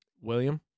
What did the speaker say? William